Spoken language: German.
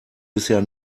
bisher